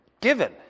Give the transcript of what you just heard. given